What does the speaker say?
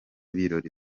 birori